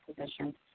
position